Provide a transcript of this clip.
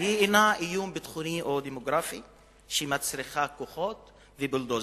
אינה איום ביטחוני או דמוגרפי שמצריך כוחות ובולדוזרים,